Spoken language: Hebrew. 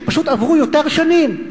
שפשוט עברו יותר שנים.